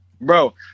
bro